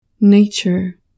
Nature